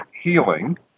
healing